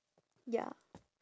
ya